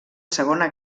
segona